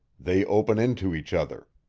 they open into each other.